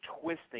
twisting